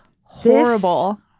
horrible